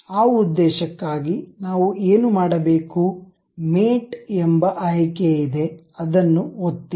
ಆ ಉದ್ದೇಶಕ್ಕಾಗಿ ನಾವು ಏನು ಮಾಡಬೇಕು ಮೇಟ್ ಎಂಬ ಆಯ್ಕೆ ಇದೆ ಅದನ್ನು ಒತ್ತಿ